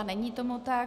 Není tomu tak.